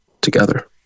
together